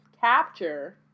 Capture